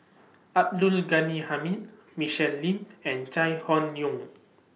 Abdul Ghani Hamid Michelle Lim and Chai Hon Yoong